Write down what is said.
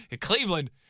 Cleveland